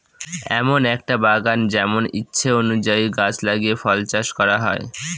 এমন একটা বাগান যেমন ইচ্ছে অনুযায়ী গাছ লাগিয়ে ফল চাষ করা হয়